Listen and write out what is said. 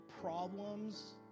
problems